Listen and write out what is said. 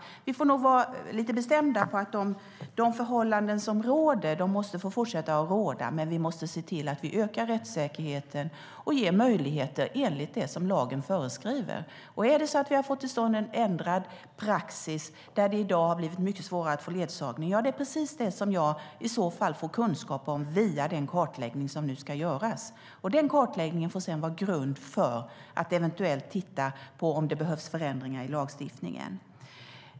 Vi får nog vara lite bestämda med att de förhållanden som råder måste få fortsätta råda, men vi måste se till att öka rättssäkerheten och ge möjligheter enligt det lagen föreskriver. Om vi har fått till stånd en ändrad praxis där det i dag har blivit mycket svårare att få ledsagning är det precis det som jag i så fall får kunskap om via den kartläggning som nu ska göras. Den får sedan vara grund för att eventuellt titta på om det behövs förändringar i lagstiftningen.